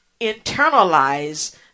internalize